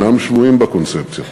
אינם שבויים בקונספציה.